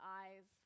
eyes